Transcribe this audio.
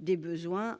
déplorons.